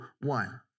one